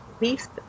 least